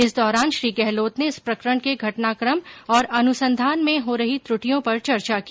इस दौरान श्री गहलोत ने इस प्रकरण के घटनाक्रम और अनुसंधान में रही त्रुटियों पर चर्चा की